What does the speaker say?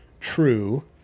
true